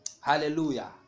Hallelujah